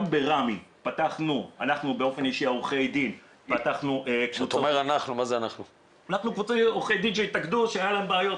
גם ברמ"י אנחנו עורכי הדין שהתאגדו שהיו להם בעיות,